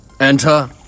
Enter